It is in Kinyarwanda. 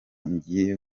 ngiye